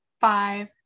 five